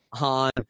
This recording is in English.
on